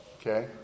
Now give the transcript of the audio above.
Okay